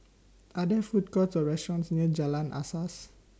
Are There Food Courts Or restaurants near Jalan Asas